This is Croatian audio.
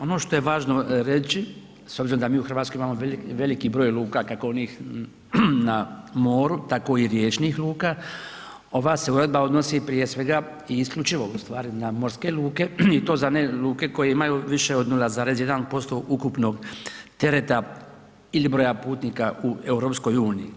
Ono što je važno reći s obzirom da mi u Hrvatskoj imamo veliki broj luka kako onih na moru tako i riječnih luka, ova se uredba odnosi prije svega i isključivo ustvari na morske luke i to za ne luke koje imaju više od 0,1% ukupnog tereta ili broja putnika u EU-u.